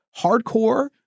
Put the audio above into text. hardcore